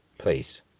Please